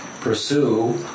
pursue